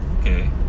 okay